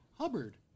Hubbard